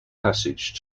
passage